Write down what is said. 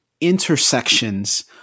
intersections